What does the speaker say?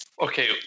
Okay